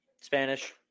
Spanish